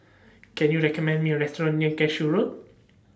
Can YOU recommend Me A Restaurant near Cashew Road